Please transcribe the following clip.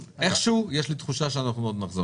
איכשהו יש לי תחושה שאנחנו עוד נחזור אליו.